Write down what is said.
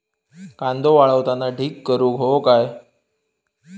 कांदो वाळवताना ढीग करून हवो काय?